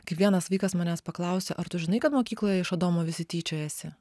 kaip vienas vaikas manęs paklausė ar tu žinai kad mokykloje iš adomo visi tyčiojasi